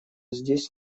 здесь